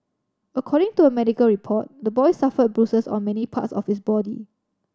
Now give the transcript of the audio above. according to a medical report the boy suffered bruises on many parts of his body